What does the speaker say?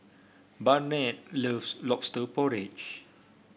Barnett loves lobster porridge